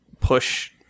push